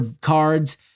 cards